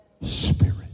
spirit